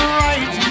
right